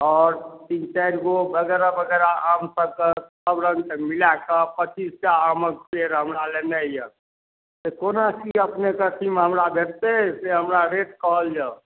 आओर तीन चारिगो वगैरह वगैरह आम सभकऽ सभ रङ्ग कऽ मिलैकऽ पचीसटा आमक पेड़ हमरा लेनाइ यऽ से कोना की अपनेकेँ की हमरा भेटतै से हमरा रेट कहल जाउ